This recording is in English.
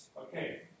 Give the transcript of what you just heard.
Okay